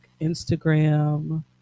Instagram